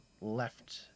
left